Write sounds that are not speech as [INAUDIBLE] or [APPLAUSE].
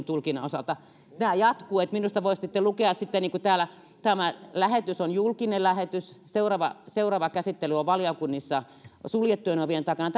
[UNINTELLIGIBLE] tulkinnan osalta tämä jatkuu eli minusta voisitte lukea niin kuin täällä on tämä lähetys on julkinen lähetys seuraava seuraava käsittely on valiokunnissa suljettujen ovien takana [UNINTELLIGIBLE]